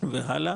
והלאה